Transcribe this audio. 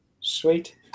Sweet